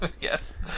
Yes